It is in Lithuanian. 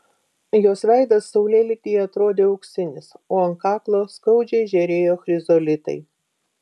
jos veidas saulėlydyje atrodė auksinis o ant kaklo skaudžiai žėrėjo chrizolitai